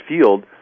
field